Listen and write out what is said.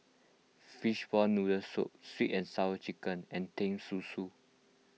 Fishball Noodle Soup Sweet and Sour Chicken and Teh Susu